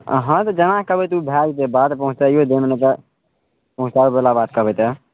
हँ तऽ जेना कहबै तऽ ओ भए जेतै बात पहुँचाइयो देब नहि तऽ पहुँचाबयवला बात कहबै तऽ